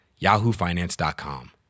yahoofinance.com